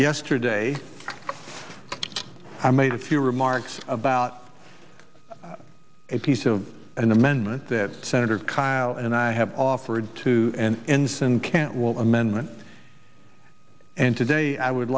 yesterday i made a few remarks about a piece of an amendment that senator kyl and i have offered to an instant can't will amendment and today i would